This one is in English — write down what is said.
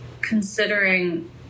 considering